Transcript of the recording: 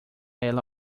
ela